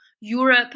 Europe